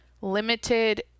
Limited